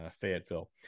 fayetteville